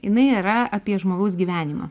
jinai yra apie žmogaus gyvenimą